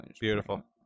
Beautiful